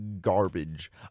garbage